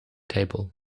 table